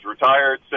retired